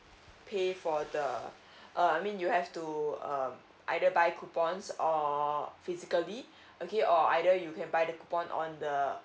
pay for the uh I mean you have to uh either buy coupons or physically okay or either you can buy the coupon on the